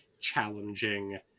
challenging